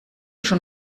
schon